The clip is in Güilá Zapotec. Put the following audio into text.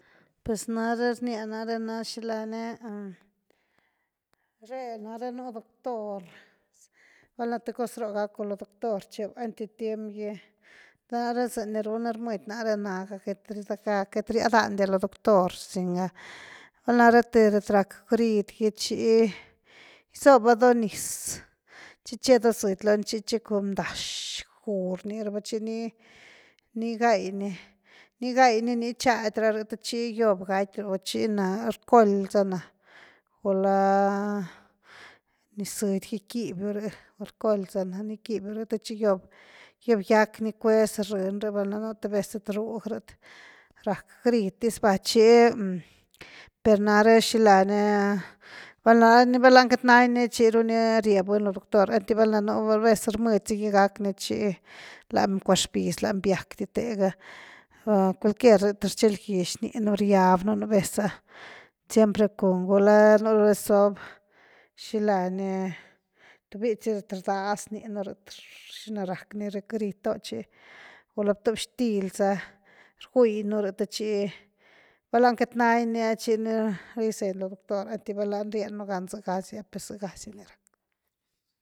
Ps nare rnia nare na shilani re nare nu doctor valna th cos roo’ gaku lo doctor cheu, enty tiemgy nare zyni runa rmedi nare quit riaa’ dandia lo doctor, singa val nare thy lat rak heridgy chi gysoba do niz chi che do zidy lony chi chie do bndashi guu rniraba chi ni, ni gaai ni-ni gaai ni, ni chady rary th chi gyob gaatirw chi na alcohol zana, gula niz zidygi quibiury o alcohol zana ni quibiury te chi gyoob-gyoob gyakni cuez rïn, val na nu th vez lat rug lat rak herid diz va chi per nare shilani val lani catnani chiru ni rie buny lo doctor, enty val na nu vez rmdsigy gakni chi lany bcua shbiz lany biakdi tega cualquier ah rchilgysh ninu riabnu nu vez ah, siempre cun gula nu ah rsob shilany tubichizy a rdaz ninu lath shina rakni herid doo chi gula tobshitilza’ rguinury te chi val lani kat nania chini gyseny lo doctor enty val lany rienugan sygasy per sygasyni rakni.